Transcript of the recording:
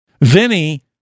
Vinny